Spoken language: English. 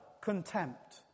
contempt